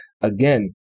again